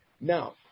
Now